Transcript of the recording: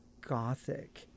Gothic